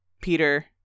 Peter